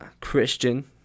Christian